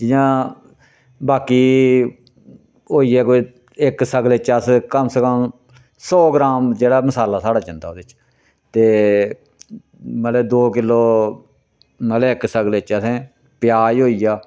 जियां बाकी होई गेआ कोई इक सगले च अस कम से कम सौ ग्राम जेह्ड़ा मसाला साढ़ा जंदा ओह्दे च ते मतलबै दो किल्लो मतलबै इक सगले च असें प्याज होई गेआ